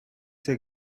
their